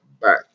back